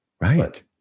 right